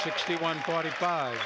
sixty one forty five